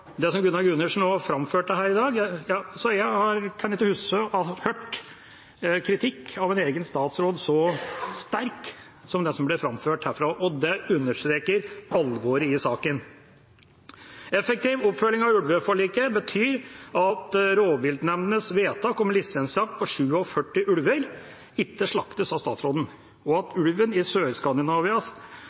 det som Gunnar Gundersen framførte her i dag, kan ikke jeg huske å ha hørt så sterk kritikk av egen statsråd som den han framførte. Det understreker alvoret i saken. Effektiv oppfølging av ulveforliket betyr at rovviltnemndenes vedtak om lisensjakt på 47 ulver ikke slaktes av statsråden, og at ulvens opphav i